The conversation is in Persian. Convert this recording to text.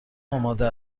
آماده